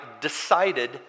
decided